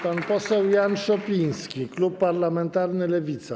Pan poseł Jan Szopiński, klub parlamentarny Lewica.